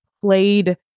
played